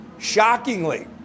Shockingly